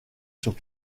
sur